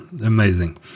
amazing